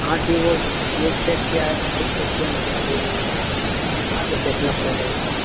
ہاں جی وہ فیوز چیک کیا ہے سب کچھ چیک کیا ہے لیکن صحیح نہیں ہے آ کے دیکھنا پڑے گا ایک بار